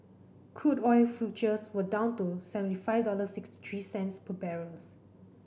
crude oil futures were down to seventy five dollars sixty three cents per barrels